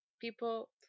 people